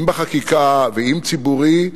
אם בחקיקה ואם מאבק ציבורי,